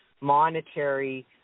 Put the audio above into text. monetary